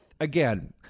again